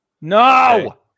No